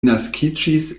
naskiĝis